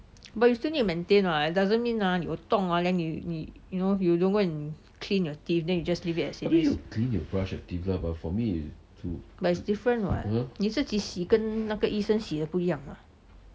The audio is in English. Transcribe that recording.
but you still need to maintain [what] it doesn't mean ah 你有洞 ah then 你你 yo~ you don't't clean your teeth then you just leave it as it is but it's different [what] 你自己洗跟那个医生洗不一样吗